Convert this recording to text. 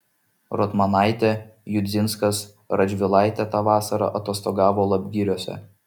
rotmanaitė judzinskas radžvilaitė tą vasarą atostogavo lapgiriuose